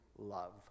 love